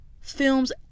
films